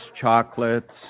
chocolates